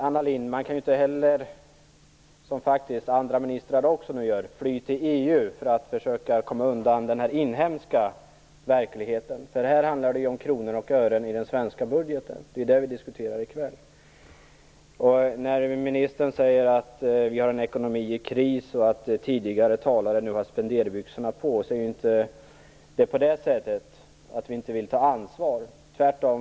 Anna Lindh, man kan inte heller - vilket andra ministrar faktiskt också gör - fly till EU för att försöka komma undan den inhemska verkligheten. Det handlar om kronor och ören i den svenska budgeten. Det är det vi diskuterar i kväll. Ministern säger att den svenska ekonomin är i en kris och att tidigare talare nu har spenderbyxorna på. Det är inte så att vi inte vill ta ansvar - tvärtom.